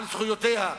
על זכויותיה.